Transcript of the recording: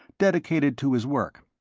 dedicated to his work.